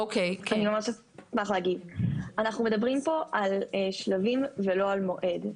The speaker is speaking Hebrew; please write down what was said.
אנחנו מדברים פה על שלבים ולא על מועד.